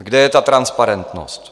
Kde je ta transparentnost?